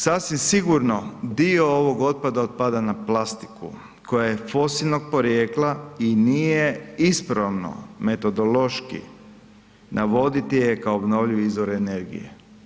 Sasvim sigurno dio ovog otpada, otpada na plastiku koja je fosilnog porijekla i nije ispravno metodološki navoditi je kao obnovljivi izvor energije.